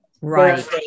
Right